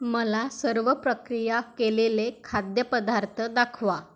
मला सर्व प्रक्रिया केलेले खाद्यपदार्थ दाखवा